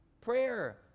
Prayer